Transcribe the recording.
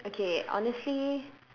okay honestly